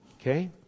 Okay